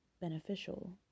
beneficial